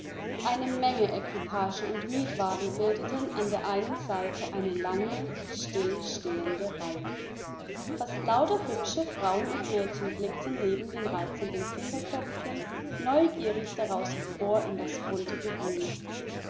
eine menge equipagen und mietwagen bildeten an der einen seite eine lange stillstehende reihe fast lauter hübscher frauen und mädchen blickten neben den reizendsten kinderköpfchen neugierig daraus hervor in das bunte gewühl